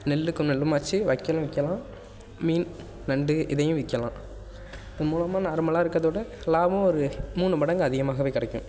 நெல்லுக்கு நெல்லும் ஆச்சு வைக்கோலும் விற்கலாம் மீன் நண்டு இதையும் விற்கலாம் இது மூலமாக நார்மலாக இருக்கிறதவிட லாபமும் ஒரு மூணு மடங்கு அதிகமாகவே கிடைக்கும்